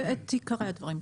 כן, את עיקרי הדברים.